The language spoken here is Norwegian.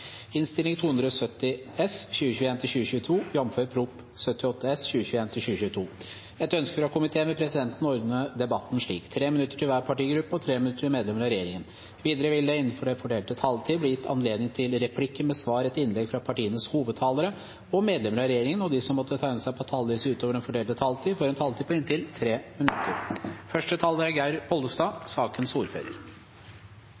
innstilling. Flere har ikke bedt om ordet til sak nr. 8. Etter ønske fra utdannings- og forskningskomiteen vil presidenten ordne debatten slik: 3 minutter til hver partigruppe og 3 minutter til medlemmer av regjeringen. Videre vil det – innenfor den fordelte taletid – bli gitt anledning til inntil seks replikker med svar etter innlegg fra medlemmer av regjeringen, og de som måtte tegne seg på talerlisten utover den fordelte taletid, får også en taletid på inntil 3 minutter. Det er